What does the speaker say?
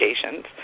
stations